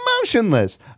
motionless